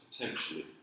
potentially